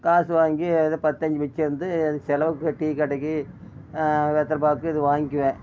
காசு வாங்கி ஏதோ பத்து அஞ்சு மிச்சம் இருந்து எனக்கு செலவுக்கு டீ கடைக்கு வெத்தலை பாக்கு இது வாங்கிக்கிவேன்